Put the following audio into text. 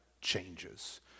changes